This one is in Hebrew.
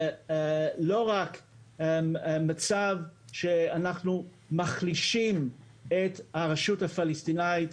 לא רק מצב שאנחנו מחלישים את הרשות הפלסטינית.